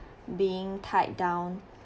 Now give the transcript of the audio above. being tied down